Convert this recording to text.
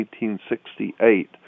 1868